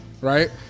right